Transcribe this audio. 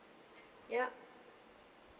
yup